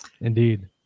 Indeed